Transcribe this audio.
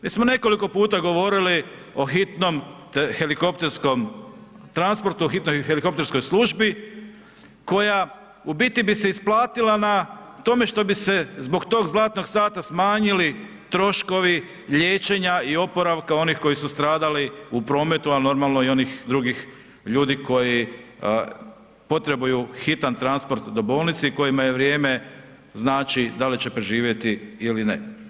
Već smo nekoliko puta govorili o hitnom helikopterskom transportu, o hitnoj helikopterskoj službi koja u biti bi se isplatila na tome što bi se zbog tog zlatnog sata smanjili troškovi liječenja i oporavka onih koji su stradali u prometu, a normalno i onih drugih ljudi koji potrebuju hitan transport do bolnice i kojima vrijeme znači da li će preživjeti ili ne.